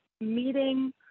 meeting